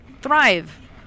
thrive